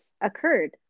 occurred